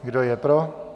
Kdo je pro?